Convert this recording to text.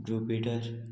jupiter